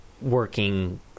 working